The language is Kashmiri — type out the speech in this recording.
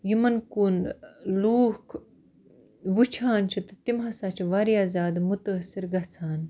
یِمَن کُن ٲں لوٗکھ وُچھان چھِ تہٕ تِم ہَسا چھِ واریاہ زیادٕ مُتٲثر گژھان